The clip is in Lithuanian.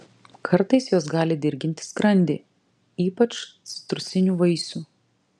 kartais jos gali dirginti skrandį ypač citrusinių vaisių